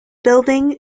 building